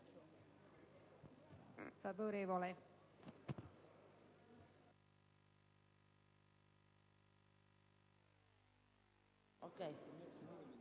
favorevole su